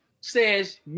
says